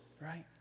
right